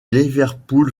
liverpool